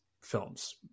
films